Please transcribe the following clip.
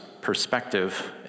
perspective